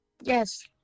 Yes